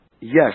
yes